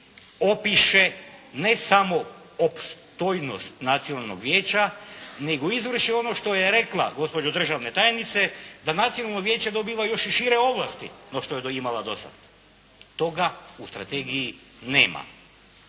opiše ne samo opstojnost Nacionalnog vijeća nego izvrši ono što je rekla gospođo državna tajnice da Nacionalno vijeće dobiva još i šire ovlasti no što je imala dosad. Toga u strategiji nema.